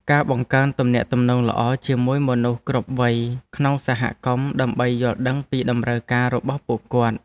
ការបង្កើនទំនាក់ទំនងល្អជាមួយមនុស្សគ្រប់វ័យក្នុងសហគមន៍ដើម្បីយល់ដឹងពីតម្រូវការរបស់ពួកគាត់។